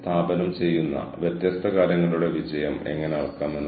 ഓർഗനൈസേഷന്റെ തന്ത്രപരമായ ലക്ഷ്യങ്ങളുമായി ഇത് എങ്ങനെ യോജിക്കുന്നു